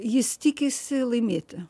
jis tikisi laimėti